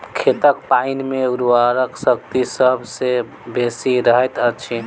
खेतक पाइन मे उर्वरा शक्ति सभ सॅ बेसी रहैत अछि